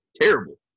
Terrible